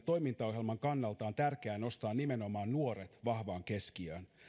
toimintaohjelman kannalta on tärkeää nostaa nimenomaan nuoret vahvaan keskiöön